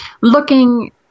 looking